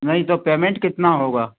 नहीं तो पेमेंट कितना होगा